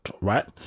right